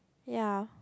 ya